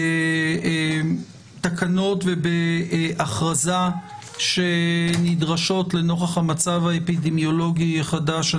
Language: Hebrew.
בתקנות ובהכרזה שנדרשות לנוכח המצב האפידמיולוגי החדש.